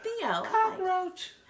Cockroach